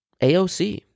AOC